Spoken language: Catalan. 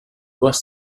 dues